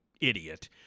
idiot